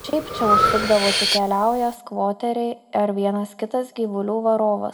šiaip čia užsukdavo tik keliaują skvoteriai ar vienas kitas gyvulių varovas